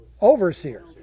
Overseer